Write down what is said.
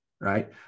Right